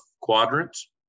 quadrants